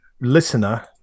listener